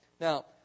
Now